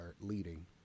leading